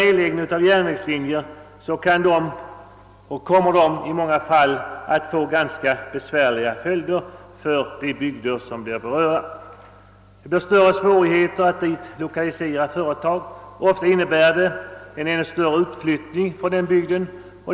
Nedläggning av järnvägslinjer får i många fall ödesdigra följder för de bygder som blir berörda. Det blir svårare att lokalisera företag dit, och en järnvägsnedläggning medför ofta en ännu större utflyttning från bygden.